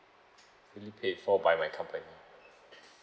fully paid for by my company